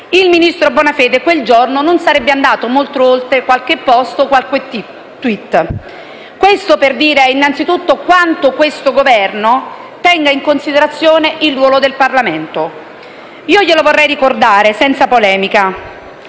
il ministro Bonafede quel giorno non sarebbe andato molto oltre qualche *post* o qualche *tweet*. Ciò per dire innanzitutto quanto il Governo tenga in considerazione il ruolo del Parlamento. Lo vorrei ricordare senza polemica: